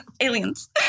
aliens